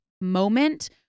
moment